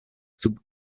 sub